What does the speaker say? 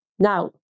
Now